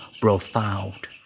profound